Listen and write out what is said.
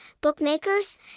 bookmakers